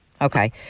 okay